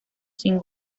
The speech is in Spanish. sin